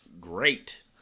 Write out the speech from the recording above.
great